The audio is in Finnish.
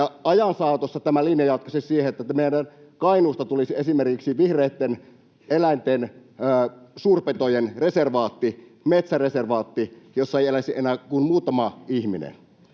ajan saatossa tämä linja jatkaisi siihen, että Kainuusta tulisi esimerkiksi vihreitten, eläinten ja suurpetojen reservaatti, metsäreservaatti, jossa ei olisi enää kuin muutama ihminen.